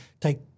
take